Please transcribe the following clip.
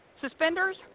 suspenders